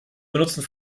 benutzen